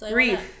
Brief